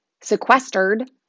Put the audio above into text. sequestered